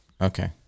Okay